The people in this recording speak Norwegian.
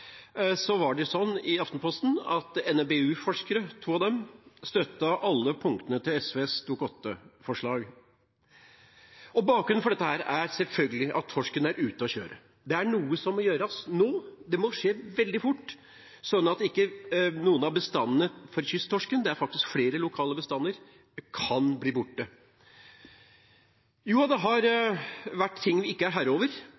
Så sent som på fredag var to NMBU-forskere i Aftenposten og støttet alle punktene til SVs Dokument 8-forslag. Bakgrunnen for dette er selvfølgelig at torsken er ute å kjøre. Det er noe som må gjøres nå, det må skje veldig fort slik at ikke noen av bestandene av kysttorsk – det er faktisk flere lokale bestander – kan bli borte. Det har vært ting vi ikke er